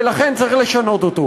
ולכן צריך לשנות אותו.